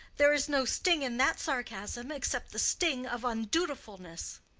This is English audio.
there is no sting in that sarcasm, except the sting of undutifulness.